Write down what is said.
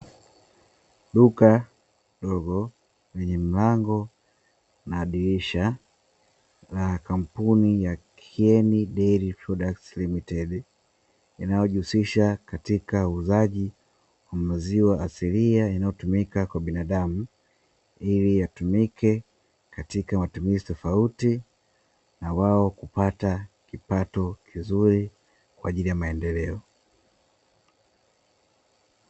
Duka dogo lenye mlango na dirisha la kampuni ya "KIENI DAIRY PRODUCTS LTD", linalojihusisha katika uuzaji wa maziwa asilia yanayotumika kwa binadamu, ili yatumike katika matumizi tofauti na wao kupata kipato kizuri kwa ajili ya maendeleo.